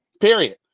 Period